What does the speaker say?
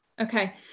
Okay